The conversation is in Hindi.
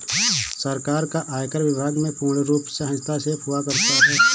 सरकार का आयकर विभाग में पूर्णरूप से हस्तक्षेप हुआ करता है